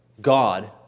God